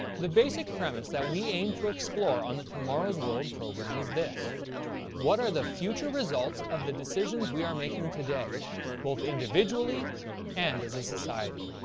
the basic premise that we aim to explore on the tomorrow's world program is this what are the future results of the decisions we are making today both individually and as a society?